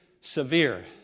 severe